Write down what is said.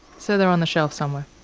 so they're on the shelf somewhere.